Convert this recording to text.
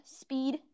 speed